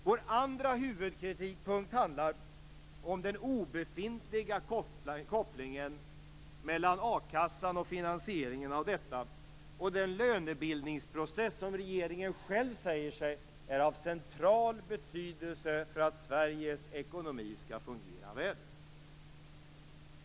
Vår andra huvudkritikpunkt handlar om den obefintliga kopplingen mellan a-kassan och finansieringen av detta samt den lönebildningsprocess som regeringen själv säger sig är av central betydelse för att Sveriges ekonomi skall fungera väl.